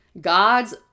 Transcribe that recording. God's